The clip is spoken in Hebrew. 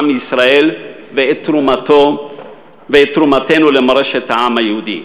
ישראל ואת תרומתנו למורשת העם היהודי.